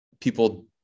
people